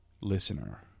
listener